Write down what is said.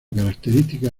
característica